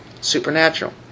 Supernatural